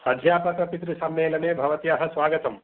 अध्यापकपितृसम्मेलने भवत्याः स्वागतम्